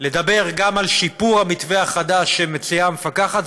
לדבר גם על שיפור המתווה החדש שמציעה המפקחת,